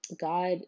God